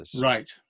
right